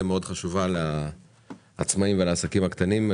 מאוד חשובה לעצמאים ולעסקים הקטנים.